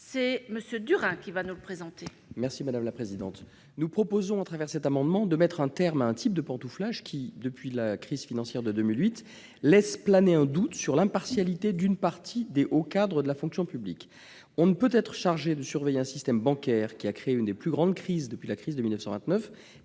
ainsi libellé : La parole est à M. Jérôme Durain. Nous proposons, au travers de cet amendement, de mettre un terme à un type de pantouflage qui, depuis la crise financière de 2008, laisse planer un doute sur l'impartialité d'une partie des hauts cadres de la fonction publique. On ne peut être chargé de surveiller un système bancaire qui a créé une des plus grandes crises depuis celle de 1929